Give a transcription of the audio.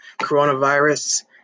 coronavirus